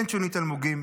אין שונית אלמוגים,